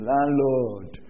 Landlord